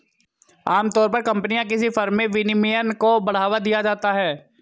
आमतौर पर कम्पनी या किसी फर्म में विनियमन को बढ़ावा दिया जाता है